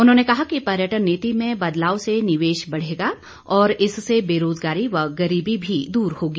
उन्होंने कहा कि पर्यटन नीति में बदलाव से निवेश बढ़ेगा और इससे बेरोजगारी व गरीबी भी दूर होगी